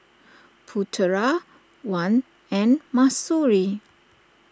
Putra Wan and Mahsuri